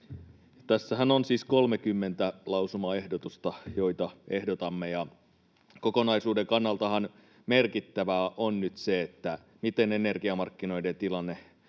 Tässähän on siis 30 lausumaehdotusta, joita ehdotamme. Kokonaisuuden kannaltahan merkittävää on nyt se, miten energiamarkkinoiden tilanne